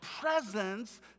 presence